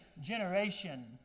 generation